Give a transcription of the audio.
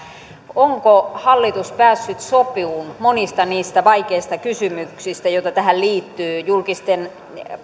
onko hallitus päässyt sopuun monista niistä vaikeista kysymyksistä joita tähän liittyy julkisten